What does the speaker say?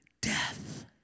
death